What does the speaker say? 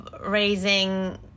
raising